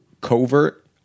covert